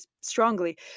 strongly